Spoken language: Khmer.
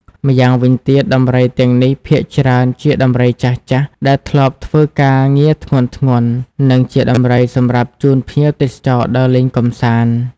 ម្យ៉ងវិញទៀតដំរីទាំងនេះភាគច្រើនជាដំរីចាស់ៗ ដែលធ្លាប់ធ្វើការងារធ្ងន់ៗ និងជាដំរីសម្រាប់ជូនភ្ញៀវទេសចរដើរលេងកម្សាន្ត។